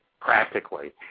practically